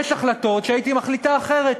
יש החלטות שהייתי מחליטה אחרת.